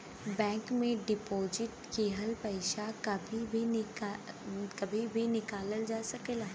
bank में deposit किहल पइसा कभी भी निकालल जा सकला